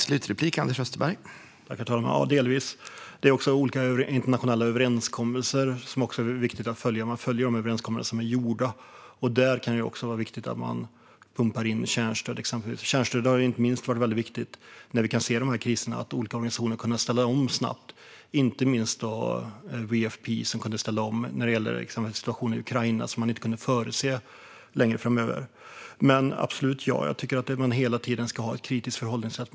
Herr talman! Det gör jag delvis. Men det handlar även om hur man följer olika ingångna internationella överenskommelser som det är viktigt att följa. Där kan det också vara viktigt att man pumpar in exempelvis kärnstöd. Kärnstöd har inte minst varit väldigt viktigt under kriserna och har gjort att olika organisationer kunnat ställa om snabbt, inte minst WFP, som kunde ställa om med anledning av situationen i Ukraina, som man inte hade kunnat förutse. Jag tycker absolut att man hela tiden ska ha ett kritiskt förhållningssätt.